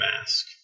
mask